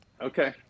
Okay